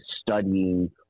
studying